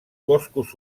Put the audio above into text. boscos